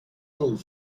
doen